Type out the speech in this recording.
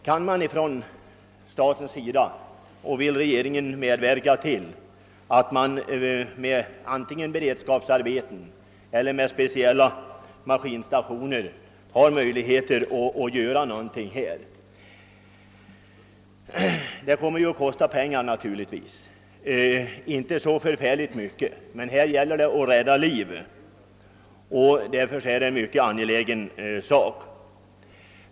Kan och vill regeringen medverka till att antingen genom beredskapsarbeten eller genom speciella maskinstationer skapa möjligheter för en sådan insats? Detta kommer naturligtvis att kosta en del, men det är ändå inte så stora pengar med tanke på att det gäller att rädda liv. Därför är detta en mycket angelägen uppgift.